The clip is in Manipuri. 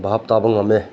ꯚꯥꯞ ꯇꯥꯕ ꯉꯝꯃꯦ